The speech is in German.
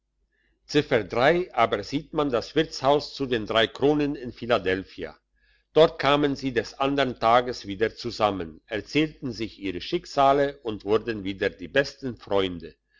ziffer aber sieht man das wirtshaus zu den drei kronen in philadelphia dort kamen sie des andern tages wieder zusammen erzählten sich ihre schicksale und wurden wieder die besten freunde